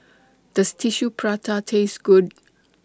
Does Tissue Prata Taste Good